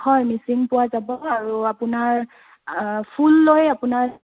হয় মিচিং পোৱা যাব আৰু আপোনাৰ ফুল লৈ আপোনাৰ